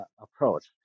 approach